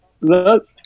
Look